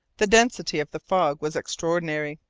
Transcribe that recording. the density of the fog was extraordinary.